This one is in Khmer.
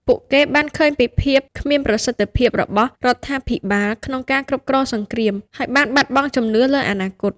ពួកគេបានឃើញពីភាពគ្មានប្រសិទ្ធភាពរបស់រដ្ឋាភិបាលក្នុងការគ្រប់គ្រងសង្គ្រាម ហើយបានបាត់បង់ជំនឿលើអនាគត។